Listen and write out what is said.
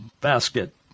Basket